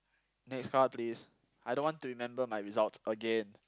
next card please I don't want to remember my results again